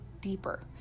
deeper